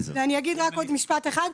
אני אומר רק עוד משפט אחד.